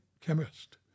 chemist